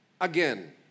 Again